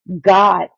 God